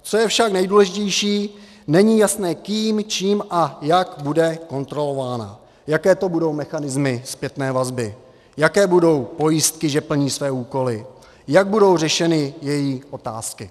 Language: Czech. Co je však nejdůležitější, není jasné kým, čím a jak bude kontrolována, jaké to budou mechanismy zpětné vazby, jaké budou pojistky, že plní své úkoly, jak budou řešeny její otázky.